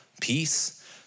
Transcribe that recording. peace